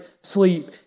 sleep